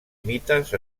mites